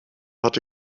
hatte